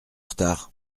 retard